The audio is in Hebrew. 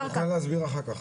את יכולה להסביר אחר-כך.